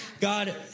God